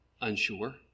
unsure